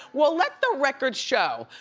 well, let the record show,